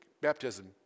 baptism